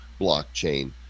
blockchain